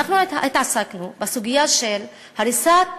אנחנו התעסקנו בסוגיה של הריסת